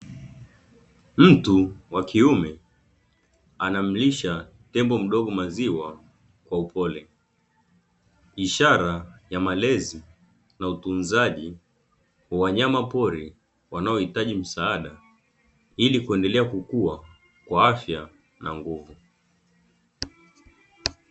Mtu wa kiume anamlisha tembo mdogo maziwa kwa upole. Ishara ya malezi na utunzaji kwa wanyamapori wanaohitaji msaada ili kuendelea kukua kwa afya na nguvu.